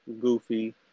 goofy